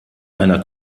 einer